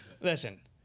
listen